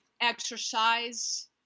exercise